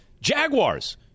Jaguars